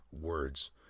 words